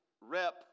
rep